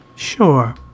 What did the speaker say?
Sure